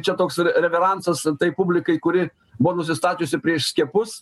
čia toks reveransas tai publikai kuri buvo nusistačiusi prieš skiepus